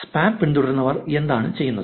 spam പിന്തുടരുന്നവർ എന്താണ് ചെയ്യുന്നത്